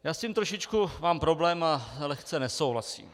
Já s tím trošičku mám problém a lehce nesouhlasím.